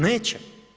Neće.